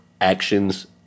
actions